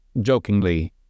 jokingly